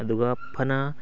ꯑꯗꯨꯒ ꯐꯅ